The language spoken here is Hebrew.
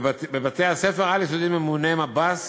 בבתי-הספר העל-יסודיים ממונה מב"ס